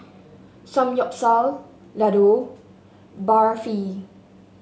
Samgyeopsal Ladoo Barfi